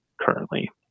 currently